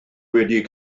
wedi